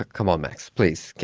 ah come on max, please,